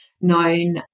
known